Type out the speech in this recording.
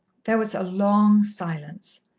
there was a long silence,